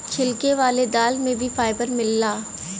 छिलका वाले दाल में भी फाइबर मिलला